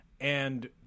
and-